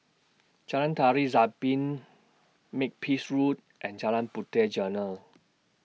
Jalan Tari Zapin Makepeace Road and Jalan Puteh Jerneh